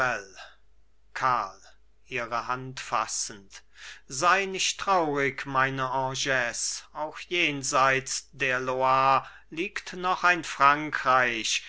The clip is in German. karl ihre hand fassend sei nicht traurig meine agnes auch jenseits der loire liegt noch ein frankreich